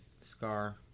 Scar